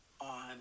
on